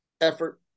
effort